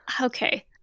Okay